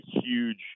huge